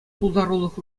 пултарулӑх